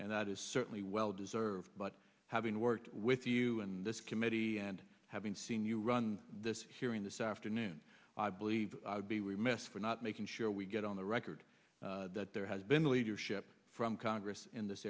and that is certainly well deserved but having worked with you in this committee and having seen you run this hearing this afternoon i believe be remiss for not making sure we get on the record that there has been leadership from congress in this